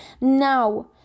Now